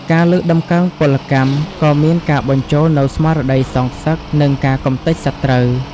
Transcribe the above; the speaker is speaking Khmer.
ការលើកតម្កើងពលកម្ម ក៏មានការបញ្ចូលនូវស្មារតីសងសឹក និងការកម្ទេចសត្រូវ។